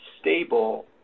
stable